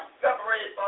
separated